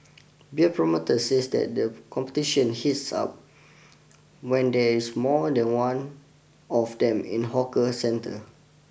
beer promoters says that the competition hits up when there is more than one of them in the hawker centre